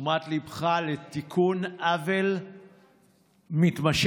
תשומת ליבך לתיקון עוול מתמשך.